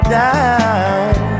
down